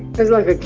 there's like